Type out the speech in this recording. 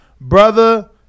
brother